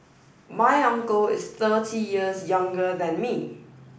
my uncle is thirty years younger than me